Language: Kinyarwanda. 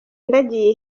ndagiye